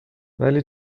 ولی